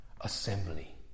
Assembly